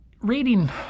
Reading